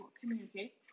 communicate